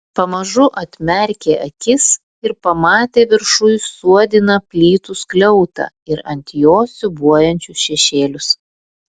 pamažu atmerkė akis ir pamatė viršuj suodiną plytų skliautą ir ant jo siūbuojančius šešėlius